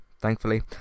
thankfully